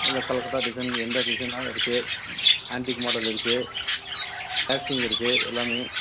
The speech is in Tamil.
அதில் கல்கத்தா டிசைன் எந்த டிசைன்னாலும் இருக்குது ஆன்ட்டிக் மாடல் இருக்குது ஆக்டிங் இருக்குது